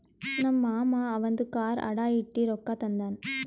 ನಮ್ ಮಾಮಾ ಅವಂದು ಕಾರ್ ಅಡಾ ಇಟ್ಟಿ ರೊಕ್ಕಾ ತಂದಾನ್